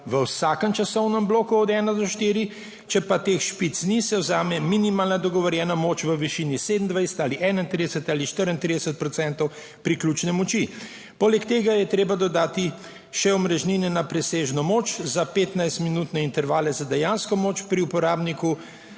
v vsakem časovnem bloku od ena do štiri. Če pa teh špic ni, se vzame minimalna dogovorjena moč v višini 27 ali 31 ali 34 % priključne moči. Poleg tega je treba dodati še omrežnine na presežno moč za 15-minutne intervale, če dejanska moč pri uporabniku